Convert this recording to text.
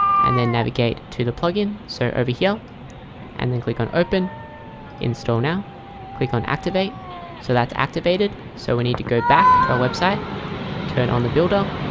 and then navigate to the plug-in so over here and then click on open install now click on activate so that's activated. so we need to go back to our website turn on the builder